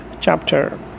chapter